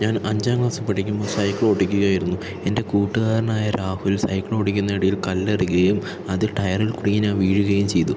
ഞാൻ അഞ്ചാം ക്ലാസ്സിൽ പഠിക്കുമ്പോൾ സൈക്കിൾ ഓടിക്കുകയായിരുന്നു എൻ്റെ കൂട്ടുകാരനായ രാഹുൽ സൈക്കിൾ ഓടിക്കുന്ന ഇടയിൽ കല്ലിടുകയും അത് ടയറിൽ കുടുങ്ങി ഞാൻ വീഴുകയും ചെയ്തു